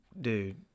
Dude